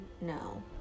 No